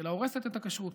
אלא הורסת את הכשרות: